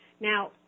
now